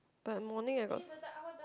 but morning I got